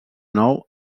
nou